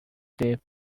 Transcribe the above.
deep